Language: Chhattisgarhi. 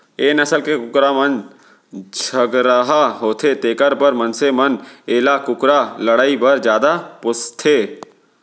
ए नसल के कुकरा मन झगरहा होथे तेकर बर मनसे मन एला कुकरा लड़ई बर जादा पोसथें